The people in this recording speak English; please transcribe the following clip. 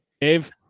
Dave